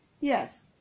Yes